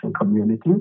community